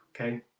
okay